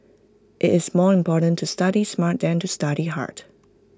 IT is more important to study smart than to study hard